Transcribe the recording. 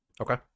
Okay